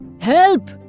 Help